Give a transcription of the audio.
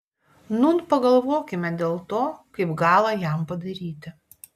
nūn pagalvokime dėl to kaip galą jam padaryti